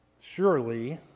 Surely